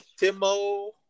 Timo